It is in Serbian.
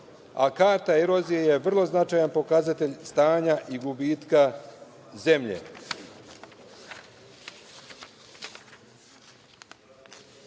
a karta erozije je vrlo značajan pokazatelj stanja i gubitka zemlje. Erozija